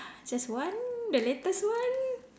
just one the latest one